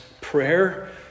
prayer